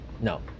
no